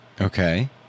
Okay